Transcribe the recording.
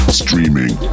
streaming